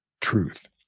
truth